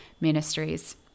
ministries